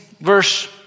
verse